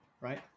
right